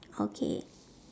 okay